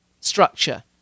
structure